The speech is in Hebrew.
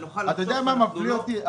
אתה יודע מה מפליא אותי?